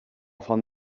font